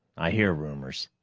i hear rumors.